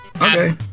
Okay